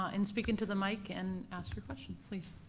and speak into the mic and ask your question, please.